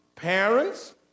Parents